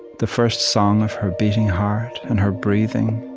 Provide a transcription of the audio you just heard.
the first song of her beating heart and her breathing,